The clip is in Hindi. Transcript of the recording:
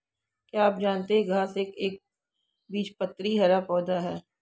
क्या आप जानते है घांस एक एकबीजपत्री हरा पौधा है?